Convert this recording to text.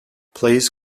please